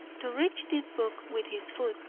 to reach this book with his foot,